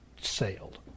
sailed